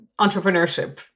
Entrepreneurship